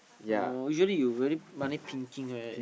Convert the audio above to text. oh usually you very money pinking right